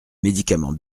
médicaments